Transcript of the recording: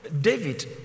David